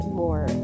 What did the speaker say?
more